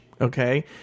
okay